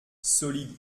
solide